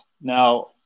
Now